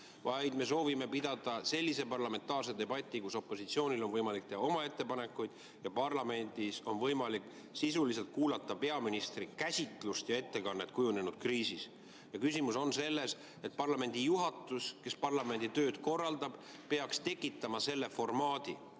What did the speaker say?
vaid me soovime pidada sellist parlamentaarset debatti, kus opositsioonil on võimalik teha oma ettepanekuid ja parlamendil on võimalik kuulata peaministri sisulist käsitlust, ettekannet kujunenud kriisi kohta. Küsimus on selles, et parlamendi juhatus, kes parlamendi tööd korraldab, peaks tekitama selle formaadi,